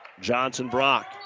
Johnson-Brock